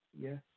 Yes